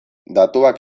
datuak